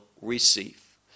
receive